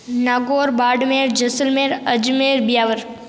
Nagaur Barmer Jaisalmer Ajmer Beawar